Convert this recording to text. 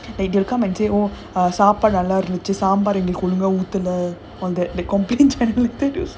like they will come and say oh uh சாப்பாடு நல்லா இருந்துச்சு சாம்பார் ஒழுங்கா வைக்கல:saapaadu nallaa irunthuchu saambaar olunga vaikala like completely